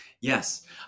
yes